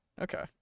okay